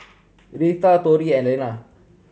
Reatha Torrie and Elna